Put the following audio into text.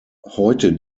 heute